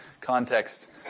context